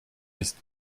ist